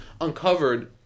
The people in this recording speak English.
uncovered